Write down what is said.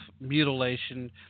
mutilation